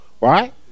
right